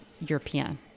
European